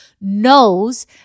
knows